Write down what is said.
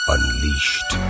Unleashed